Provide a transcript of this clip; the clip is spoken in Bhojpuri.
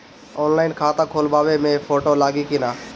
ऑनलाइन खाता खोलबाबे मे फोटो लागि कि ना?